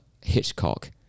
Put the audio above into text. hitchcock